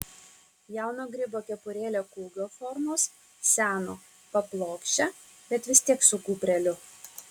jauno grybo kepurėlė kūgio formos seno paplokščia bet vis tiek su gūbreliu